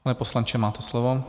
Pane poslanče, máte slovo.